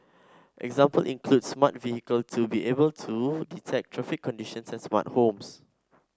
examples include smart vehicle to be able to detect traffic conditions and smart homes